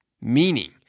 Meaning